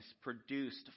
produced